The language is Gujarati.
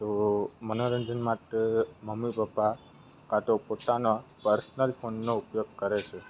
તો મનોરંજન માટે મમ્મી પપ્પા કાં તો પોતાના પર્સનલ ફોનનો ઉપયોગ કરે છે